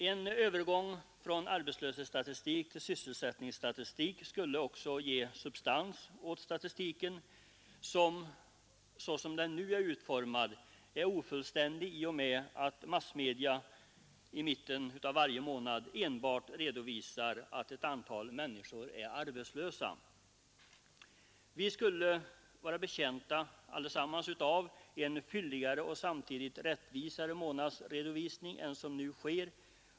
En övergång från arbetslöshetsstatistik till sysselsättningsstatistik skulle också ge substans åt statistiken, som — såsom den nu är utformad — är ofullständig i och med att massmedia i mitten av varje månad enbart redovisar att ett antal människor är arbetslösa. Vi skulle alla vara betjänta av en fylligare och samtidigt rättvisare månadsredovisning än den som nu sker.